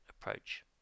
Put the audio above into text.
approach